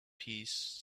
piece